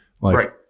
Right